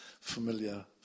familiar